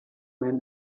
man